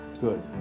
Good